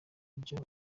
buryo